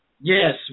Yes